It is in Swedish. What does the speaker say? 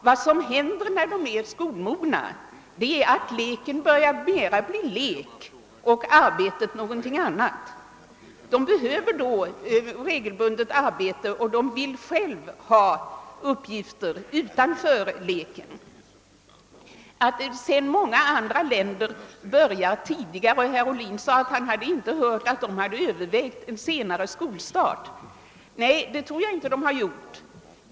Vad som händer när de är skolmogna är att leken blir lek och arbetet blir arbete. De behöver då re gelbundet arbete, och de vill själva ha uppgifter utanför leken. Herr Ohlin sade att han inte hade hört att andra länder som har lägre skolålder överväger att höja den. Nej, det tror jag inte att de gör.